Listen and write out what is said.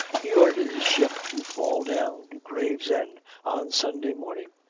he ordered his ship to fall down to gravesend on sunday morning,